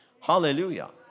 Hallelujah